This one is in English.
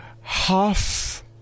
half